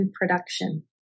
production